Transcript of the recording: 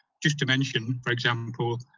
just to mention, for example,